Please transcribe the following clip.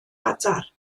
adar